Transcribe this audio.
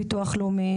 את ביטוח לאומי,